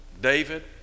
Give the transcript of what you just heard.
David